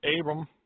Abram